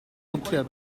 nuclear